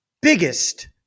biggest